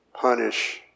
punish